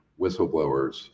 whistleblowers